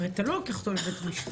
הרי אתה לא לוקח אותו לבית משפט?